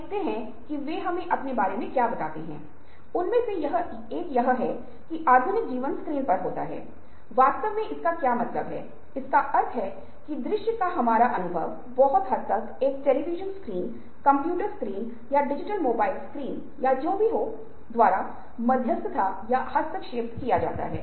अध्ययनों से पता चला है कि गहन सोच का अभ्यास उच्च स्तर की तर्क और समझ को बढ़ावा देता है